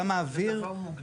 אתה מעביר --- זה דבר מוגדר.